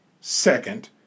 second